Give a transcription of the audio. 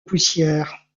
poussière